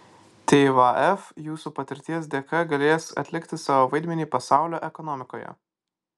tvf jūsų patirties dėka galės atlikti savo vaidmenį pasaulio ekonomikoje